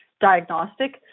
diagnostic